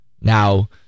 Now